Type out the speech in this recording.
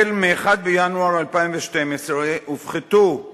החל מ-1 בינואר 2012 הופחתו